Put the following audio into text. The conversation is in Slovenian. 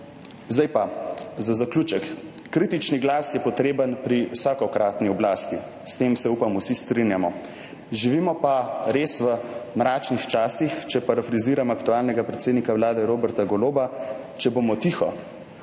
Za zaključek. Kritični glas je potreben pri vsakokratni oblasti. S tem se, upam, vsi strinjamo. Živimo pa res »v mračnih časih«, če parafraziram aktualnega predsednika Vlade Roberta Goloba, če bomo tiho